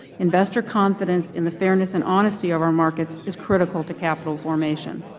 investor confidence and the fairness and honesty of our markets is critical to capital formation.